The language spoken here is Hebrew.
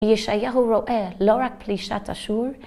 ישעיהו רואה לא רק פלישת אשור,